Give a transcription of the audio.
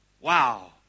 Wow